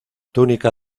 túnica